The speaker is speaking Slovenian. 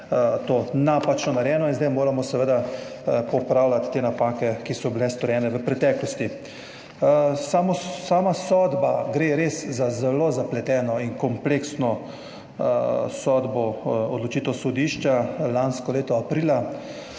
napačno narejeno in zdaj moramo seveda popravljati te napake, ki so bile storjene v preteklosti. Glede same sodbe, res gre za zelo zapleteno in kompleksno sodbo oziroma odločitev sodišča lansko leto aprila.